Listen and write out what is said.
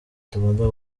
tugomba